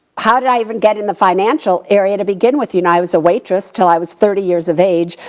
how did i even get in the financial area to begin with. you know, and i was a waitress till i was thirty years of age.